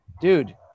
dude